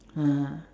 (uh huh)